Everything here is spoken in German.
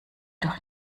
doch